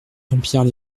dampierre